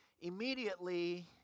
immediately